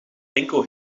enkel